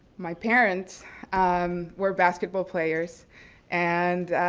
my parents um were basketball players and